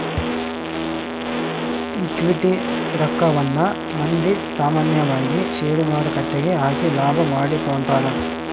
equity ರಕ್ಕವನ್ನ ಮಂದಿ ಸಾಮಾನ್ಯವಾಗಿ ಷೇರುಮಾರುಕಟ್ಟೆಗ ಹಾಕಿ ಲಾಭ ಮಾಡಿಕೊಂತರ